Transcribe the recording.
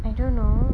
I don't know